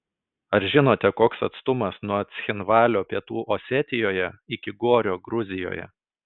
ar žinote koks atstumas nuo cchinvalio pietų osetijoje iki gorio gruzijoje